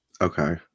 Okay